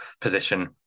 position